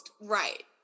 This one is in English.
right